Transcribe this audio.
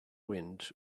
wind